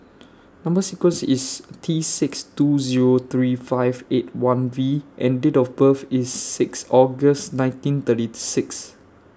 Number sequence IS T six two Zero three five eight one V and Date of birth IS six August nineteen thirty six